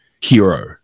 hero